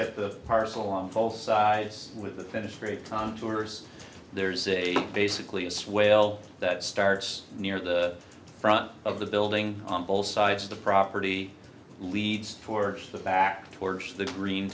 at the parcel on full size with the finish very contours there's a basically a swale that starts near the front of the building on both sides of the property leads towards the back towards the green